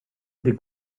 des